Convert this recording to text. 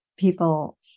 People